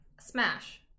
smash